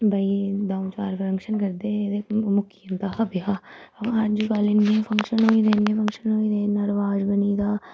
भई द'ऊं चार फंगशन करदे हे ते मुक्की जंदा हा ब्याह् अज्जकल इन्ने फंगशन होई गेदे इन्ने फंगशन होई गेदे इन्ना रवाज़ बनी गेदा